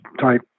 type